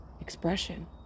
expression